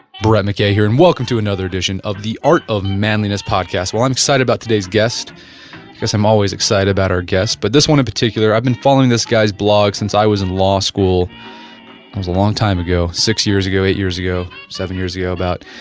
brett mckay here, and welcome to another edition of the art of manliness podcast well, i am excited about today's guest because i am always excited about our guests, but this one in particular. i've been following this guy's blog since i was in law school, that was a long time ago, six years ago, eight years ago, seven years ago about.